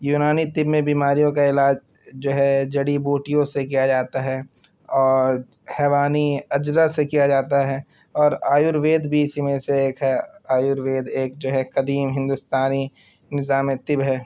یونانی طب میں بیماریوں کا علاج جو ہے جڑی بوٹیوں سے کیا جاتا ہے اور حیوانی اجزا سے کیا جاتا ہے اور آیوروید بھی اسی میں سے ایک ہے آیوروید ایک جو ہے قدیم ہندوستانی نظامِ طِب ہے